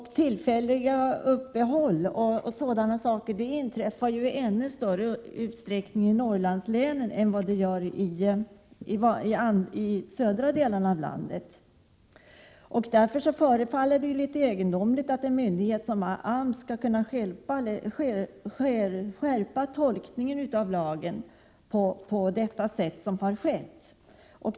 Tillfälliga uppehåll inträffar i Norrlandslänen oftare än i de södra delarna av landet. Det förefaller litet egendomligt att en myndighet såsom AMS skall kunna skärpa tolkningen av lagen på det sätt som har skett.